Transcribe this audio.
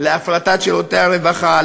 להפרטת שירותי הרווחה,